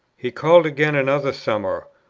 he called again another summer,